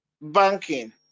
banking